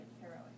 heroic